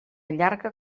llarga